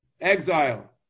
exile